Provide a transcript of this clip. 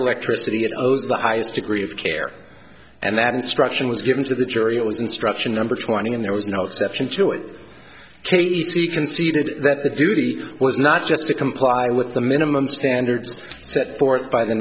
electricity it owes the highest degree of care and that instruction was given to the jury it was instruction number twenty and there was no exception to it katie conceded that the beauty was not just to comply with the minimum standards set forth by the